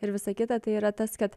ir visa kita tai yra tas kad